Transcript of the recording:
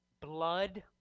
blood